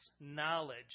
knowledge